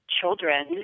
children